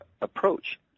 approach